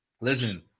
listen